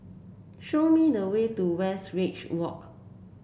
show me the way to Westridge Walk